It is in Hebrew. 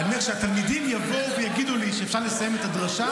עד שהתלמידים יבואו ויגידו לי שאפשר לסיים את הדרשה,